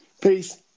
Peace